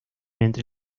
entre